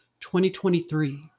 2023